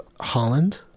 Holland